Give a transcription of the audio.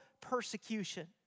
persecution